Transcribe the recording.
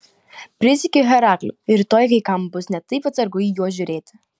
prisiekiu herakliu rytoj kai kam bus ne taip atsargu į juos žiūrėti